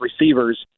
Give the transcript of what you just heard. receivers